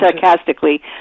sarcastically